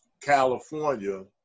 California